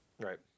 Right